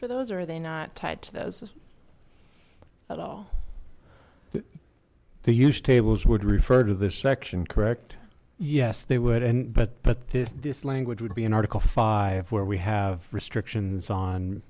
for those are they not tied to those at all the use tables would refer to this section correct yes they would and but but this this language would be an article five where we have restrictions on